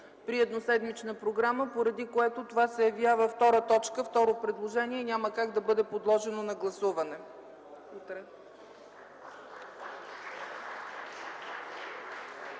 при едноседмична програма, поради което това се явява второ предложение и няма как да бъде подложено на гласуване.